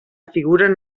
figuren